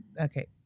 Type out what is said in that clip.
Okay